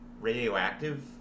radioactive